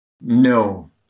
No